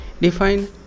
define